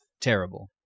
terrible